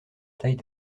taille